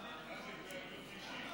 אני לא מאמין.